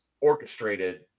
orchestrated